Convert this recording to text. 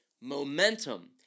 momentum